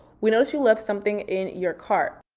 we noticed you left something in your cart.